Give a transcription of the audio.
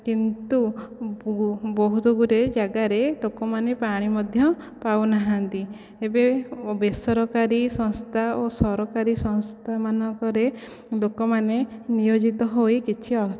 କିନ୍ତୁ ବହୁତ ଗୁଡ଼ିଏ ଯାଗାରେ ଲୋକମାନେ ପାଣି ମଧ୍ୟ ପାଉନାହାନ୍ତି ଏବେ ବେସରକାରି ସଂସ୍ଥା ଓ ସରକାରି ସଂସ୍ଥା ମାନଙ୍କରେ ଲୋକମାନେ ନିୟୋଜିତ ହୋଇ କିଛି